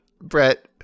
Brett